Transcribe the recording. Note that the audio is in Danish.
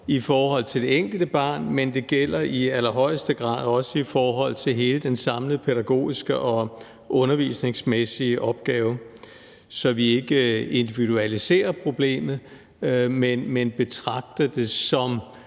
i forhold til det enkelte barn, men det gælder i allerhøjeste grad også i forhold til hele den samlede pædagogiske og undervisningsmæssige opgave, så vi ikke individualiserer problemet, men altså betragter det som